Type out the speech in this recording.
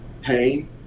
pain